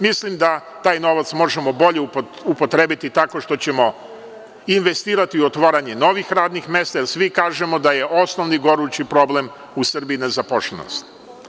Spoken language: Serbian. Mislim da taj novac možemo bolje upotrebiti tako što ćemo investirati u otvaranju novih radnih mesta jer svi kažemo da je osnovni gorući problem u Srbiji nezaposlenost.